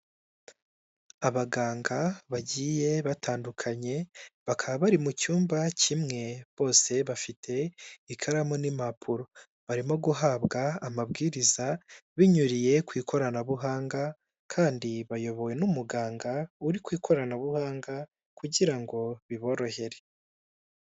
Abaganga bagiye batandukanye bakaba bari mu cyumba kimwe bose bafite ikaramu n'impapuro barimo guhabwa amabwiriza binyuriye ku ikoranabuhanga kandi bayobowe n'umuganga uri ku ikoranabuhanga kugira ngo biborohere.